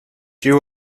you